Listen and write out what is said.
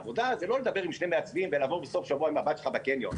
עבודה זה לא לדבר עם שני מעצבים ולעבור בסוף שבוע עם הבת שלך בקניון.